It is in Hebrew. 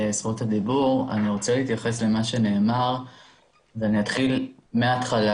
אני רוצה להתייחס למה שנאמר ואני אתחיל מהתחלה.